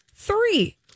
three